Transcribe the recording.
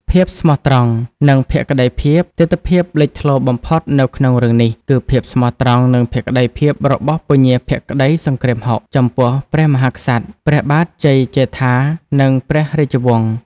ភាពស្មោះត្រង់ និងភក្តីភាពៈ ទិដ្ឋភាពលេចធ្លោបំផុតនៅក្នុងរឿងនេះ គឺភាពស្មោះត្រង់និងភក្តីភាពរបស់ ពញាភក្តីសង្គ្រាមហុក ចំពោះព្រះមហាក្សត្រ ព្រះបាទជ័យជេដ្ឋា និងព្រះរាជវង្ស។